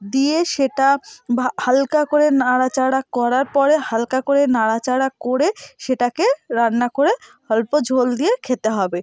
দিয়ে সেটা বা হালকা করে নাড়াচাড়া করার পরে হালকা করে নাড়াচাড়া করে সেটাকে রান্না করে অল্প ঝোল দিয়ে খেতে হবে